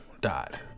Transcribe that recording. died